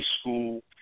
school